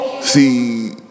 See